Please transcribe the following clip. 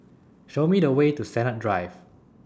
Show Me The Way to Sennett Drive